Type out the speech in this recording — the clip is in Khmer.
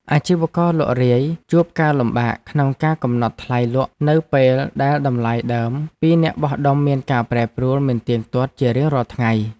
អាជីវករលក់រាយជួបការលំបាកក្នុងការកំណត់ថ្លៃលក់នៅពេលដែលតម្លៃដើមពីអ្នកបោះដុំមានការប្រែប្រួលមិនទៀងទាត់ជារៀងរាល់ថ្ងៃ។